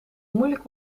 moeilijk